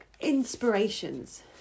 inspirations